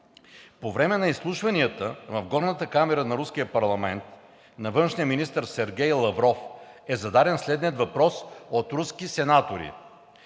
По време на изслушванията в Горната камара на руския парламент на външния министър Сергей Лавров е зададен следният въпрос от руски сенатори: